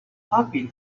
happy